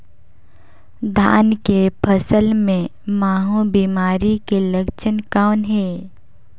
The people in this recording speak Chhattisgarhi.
धान के फसल मे महू बिमारी के लक्षण कौन हे?